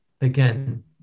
again